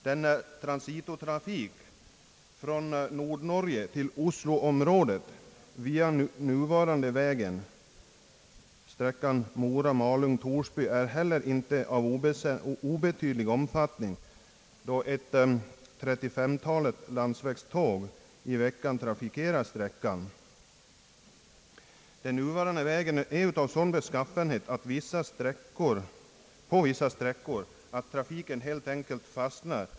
Den transitotrafik som äger rum från Nordnorge till Osloområdet via den nuvarande vägen Mora—Malung—Torsby är heller icke av obetydlig omfattning, i det cirka 35 »landsvägståg» trafikerar sträckan varje vecka. Den nuvarande vägen är emellertid av sådan beskaffenhet på vissa sträckor att trafiken helt enkelt fastnar.